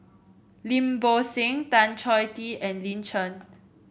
Lim Bo Seng Tan Choh Tee and Lin Chen